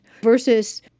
versus